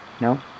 No